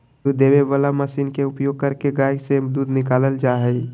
दूध देबे वला मशीन के उपयोग करके गाय से दूध निकालल जा हइ